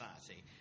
society